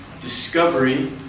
discovery